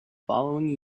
following